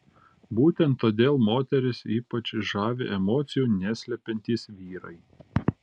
būtent todėl moteris ypač žavi emocijų neslepiantys vyrai